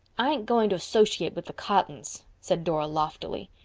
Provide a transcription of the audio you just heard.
i ain't going to, sociate with the cottons, said dora loftily.